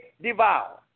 devour